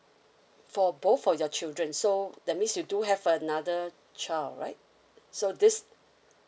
for both of your children so that means you do have another child right so this